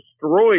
destroyed